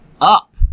up